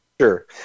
Sure